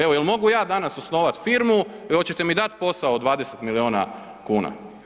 Evo, je li mogu ja danas osnovati firmu, hoćete mi dati posao od 20 milijuna kuna?